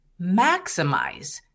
maximize